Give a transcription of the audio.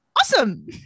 awesome